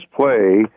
play